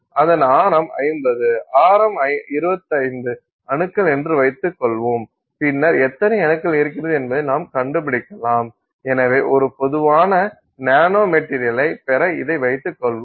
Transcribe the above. அதன் ஆரம் 50 ஆரம் 25 அணுக்கள் என்று வைத்துக்கொள்வோம் பின்னர் எத்தனை அணுக்கள் இருக்கிறது என்பதை நாம் கண்டுபிடிக்கலாம் எனவே ஒரு பொதுவான நானோ மெட்டீரியலை பெற இதை வைத்துக்கொள்வோம்